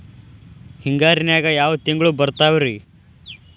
ಹಿಂಗಾರಿನ್ಯಾಗ ಯಾವ ತಿಂಗ್ಳು ಬರ್ತಾವ ರಿ?